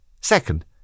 Second